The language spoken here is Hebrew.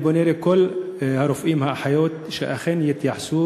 אני פונה לכל הרופאים והאחיות שאכן יתייחסו